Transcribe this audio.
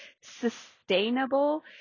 sustainable